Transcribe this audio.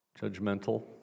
Judgmental